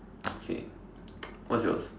okay what's yours